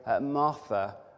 Martha